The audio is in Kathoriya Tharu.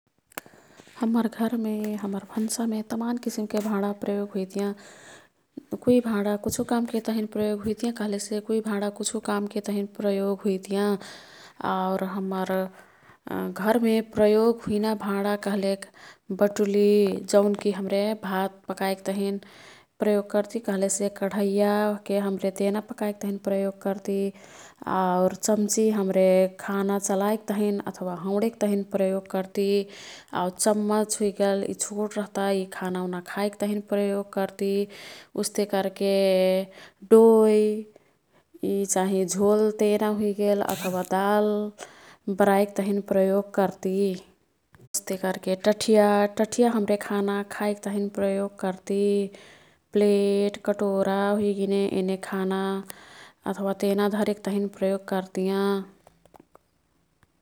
हम्मर घरमे, हम्मर भान्सामे तमान किसिमके भाँडा प्रयोग हुइतियाँ। कुई भाँडा कुछु कामके तहिन प्रयोग हुइतियाँ कह्लेसे कुई भाँडा कुछु कामके तहिन प्रयोग हुइतियाँ। आउर हम्मर घरमे प्रयोग हुइना भाँडा कह्लेक बटुली जौनकी हाम्रे भात पकाईक तहिन प्रयोग कर्ती कह्लेसे कढईया ओह्के हाम्रे तेना पकाईक तहिन प्रयोग कर्ती। आउर चम्ची हाम्रे खाना चलाईक तहिन अथवा हौडेक तहिन प्रयोग आऊ चम्मच हुइगेल यी छोट रह्ता। यी खानाउना खाईक तहिन प्रयोग कर्ती। उस्ते कर्के डोई यी चाहिँ झोल तेना हुइगेल अथवा दाल बराईक तह्नी प्रयोग कर्ती। अस्ते कर्के टठीया। टठीया हाम्रे खाना खाईक् तहिन प्रयोग कर्ती। प्लेट, कटोरा हुइगिने येने खाना अथवा तेना धरेक तहिन प्रयोग कर्तियाँ।